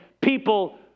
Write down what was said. people